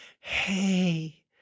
hey